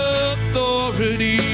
authority